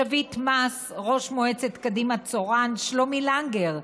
שביט מס, ראש מועצת קדימה-צורן, שלומי לנגר,